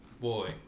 boy